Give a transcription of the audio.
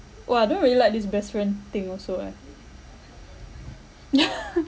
oh I don't really like this best friend thing also eh